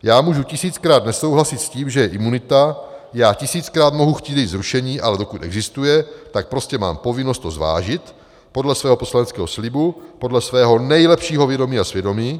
Já můžu tisíckrát nesouhlasit s tím, že je imunita, já tisíckrát mohu chtít její zrušení, ale dokud existuje, tak prostě mám povinnost to zvážit podle svého poslaneckého slibu, podle svého nejlepšího vědomí a svědomí.